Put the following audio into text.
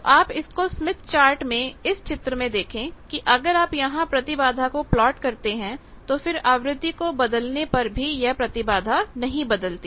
तो आप इसको स्मिथ चार्ट में इस चित्र में देखें कि अगर आप यहां प्रतिबाधा को प्लॉट करते हैं तो फिर आवृत्ति को बदलने पर भी यह प्रतिबाधा नहीं बदलती